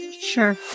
Sure